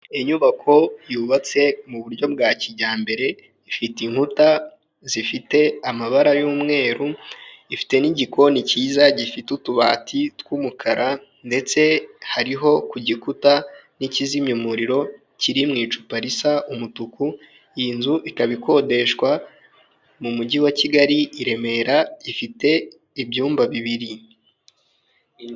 Inyubako yubatse mu buryo bwa kijyambere ifite inkuta zifite amabara y'umweru, ifite n'igikoni cyiza gifite utubati tw'umukara ndetse hariho ku gikuta n'ikizimya umuriro kiri mu icupa risa umutuku, iyi nzu ikaba ikodeshwa mu mujyi wa Kigali i Remera ifite ibyumba bibiri.